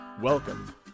Welcome